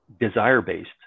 desire-based